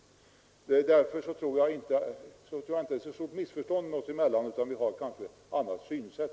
Jag tror inte att det är så stort missförstånd oss emellan — vi har kanske bara olika synsätt.